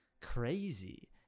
crazy